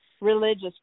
religious